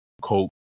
Coke